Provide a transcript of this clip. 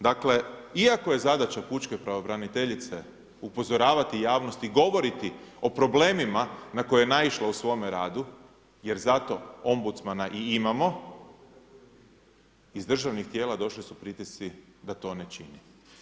Dakle, iako je zadaća pučke pravobraniteljice upozoravati javnost i govoriti o problemima na koje je naišla u svome radu jer zato Ombucmana i imamo, iz državnih tijela došli su pritisci da to ne čini.